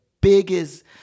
biggest